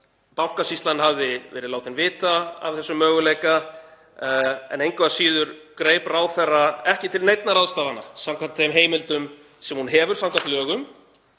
Bankasýslan hafði verið látin vita af þessum möguleika en engu að síður greip ráðherra ekki til neinna ráðstafana samkvæmt þeim heimildum sem hún hefur samkvæmt lögum